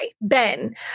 Ben